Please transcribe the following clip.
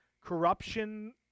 corruption